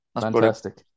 Fantastic